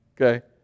Okay